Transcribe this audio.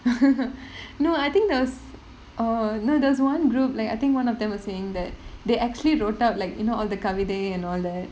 no I think those oh no there's one group like I think one of them was saying that they actually wrote up like you know all the kavithai and all that